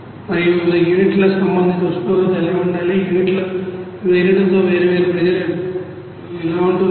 మరియు వివిధ యూనిట్ల సంబంధిత ఉష్ణోగ్రత ఎలా ఉండాలి వివిధ యూనిట్లలో వేర్వేరు ప్రెషర్ ఉంటుంది